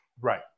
Right